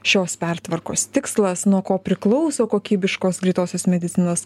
šios pertvarkos tikslas nuo ko priklauso kokybiškos greitosios medicinos